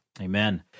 Amen